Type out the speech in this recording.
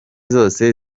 zose